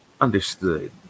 Understood